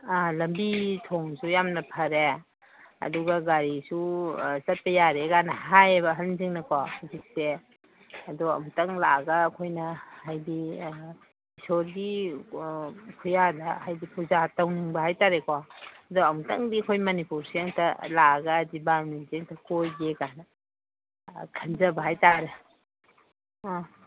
ꯑꯥ ꯂꯝꯕꯤ ꯊꯣꯡꯁꯨ ꯌꯥꯝꯅ ꯐꯔꯦ ꯑꯗꯨꯒ ꯒꯥꯔꯤꯁꯨ ꯆꯠꯄ ꯌꯥꯔꯦꯒꯥꯅ ꯍꯥꯏꯌꯦꯕ ꯑꯍꯟꯁꯤꯡꯅꯀꯣ ꯍꯧꯖꯤꯛꯁꯦ ꯑꯗꯣ ꯑꯃꯨꯛꯇꯪ ꯂꯥꯛꯑꯒ ꯑꯩꯈꯣꯏꯅ ꯍꯥꯏꯗꯤ ꯏꯁꯣꯔꯒꯤ ꯈꯨꯌꯥꯗ ꯍꯥꯏꯗꯤ ꯄꯨꯖꯥ ꯇꯧꯅꯤꯡꯕ ꯍꯥꯏꯇꯔꯦꯀꯣ ꯑꯗꯣ ꯑꯃꯨꯛꯇꯪꯗꯤ ꯑꯩꯈꯣꯏ ꯃꯅꯤꯄꯨꯔꯁꯦ ꯑꯃꯨꯛꯇ ꯂꯥꯛꯑꯒ ꯍꯥꯏꯗꯤ ꯕꯥꯔꯨꯅꯤꯁꯦ ꯑꯝꯇ ꯀꯣꯏꯒꯦ ꯀꯥꯏꯅ ꯈꯟꯖꯕ ꯍꯥꯏꯇꯔꯦ ꯑꯥ